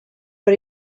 but